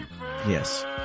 Yes